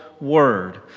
word